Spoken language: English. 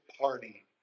party